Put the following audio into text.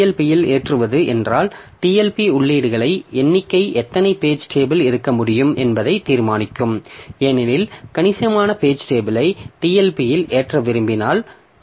பியில் ஏற்றுவது என்றால் TLB உள்ளீடுகளின் எண்ணிக்கை எத்தனை பேஜ் டேபிள் இருக்க முடியும் என்பதைப் தீர்மானிக்கும் ஏனெனில் கணிசமான பேஜ் டேபிளை TLB இல் ஏற்ற விரும்பினால் டி